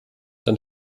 den